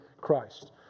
Christ